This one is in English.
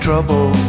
Trouble